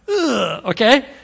Okay